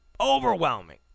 Overwhelming